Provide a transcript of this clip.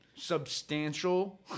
substantial